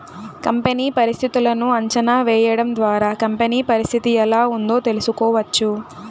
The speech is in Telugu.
కంపెనీ పరిస్థితులను అంచనా వేయడం ద్వారా కంపెనీ పరిస్థితి ఎలా ఉందో తెలుసుకోవచ్చు